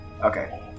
Okay